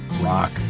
rock